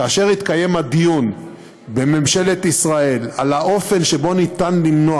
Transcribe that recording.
כאשר התקיים הדיון בממשלת ישראל על האופן שבו ניתן למנוע